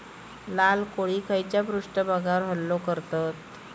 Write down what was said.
लाल कोळी खैच्या पृष्ठभागावर हल्लो करतत?